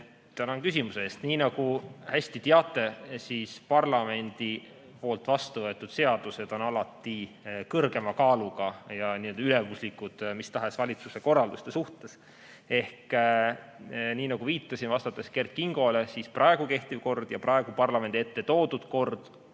Tänan küsimuse eest! Nii nagu hästi teate, on parlamendis vastuvõetud seadused alati kõrgema kaaluga ja ülimuslikud mis tahes valitsuse korralduste suhtes. Ehk nii nagu viitasin, vastates Kert Kingole, siis praegu kehtiv kord ja praegu parlamendi ette toodud kord